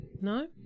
No